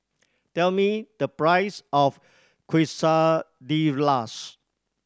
tell me the price of Quesadillas